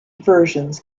versions